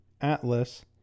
Atlas